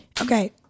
okay